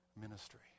ministry